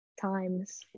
times